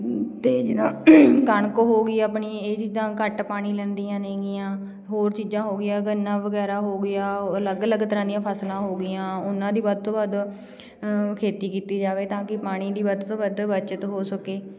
ਅਤੇ ਜਿੱਦਾਂ ਕਣਕ ਹੋ ਗਈ ਆਪਣੀ ਇਹ ਜਿੱਦਾਂ ਘੱਟ ਪਾਣੀ ਲੈਂਦੀਆਂ ਨੇਗੀਆਂ ਹੋਰ ਚੀਜ਼ਾਂ ਹੋ ਗਈਆਂ ਗੰਨਾ ਵਗੈਰਾ ਹੋ ਗਿਆ ਅਲੱਗਅਲੱਗ ਤਰ੍ਹਾਂ ਦੀਆਂ ਫ਼ਸਲਾਂ ਹੋ ਗਈਆਂ ਉਹਨਾਂ ਦੀ ਵੱਧ ਤੋਂ ਵੱਧ ਖੇਤੀ ਕੀਤੀ ਜਾਵੇ ਤਾਂ ਕਿ ਪਾਣੀ ਦੀ ਵੱਧ ਤੋਂ ਵੱਧ ਬੱਚਤ ਹੋ ਸਕੇ